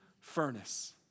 furnace